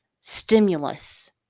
stimulus